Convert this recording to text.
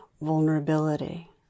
vulnerability